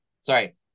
sorry